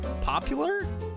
popular